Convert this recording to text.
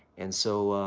and so,